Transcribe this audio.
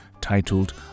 titled